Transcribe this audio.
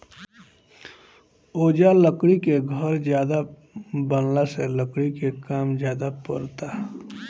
ओजा लकड़ी के घर ज्यादे बनला से लकड़ी के काम ज्यादे परता